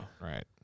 right